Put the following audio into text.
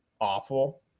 awful